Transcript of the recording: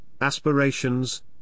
aspirations